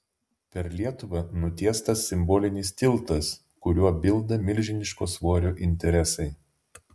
per lietuvą nutiestas simbolinis tiltas kuriuo bilda milžiniško svorio interesai